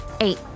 Eight